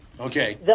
Okay